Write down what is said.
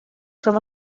from